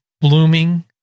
blooming